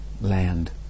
land